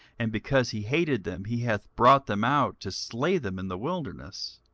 and because he hated them, he hath brought them out to slay them in the wilderness.